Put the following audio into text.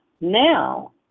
Now